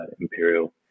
imperial